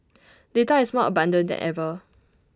data is more abundant than ever